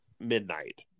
midnight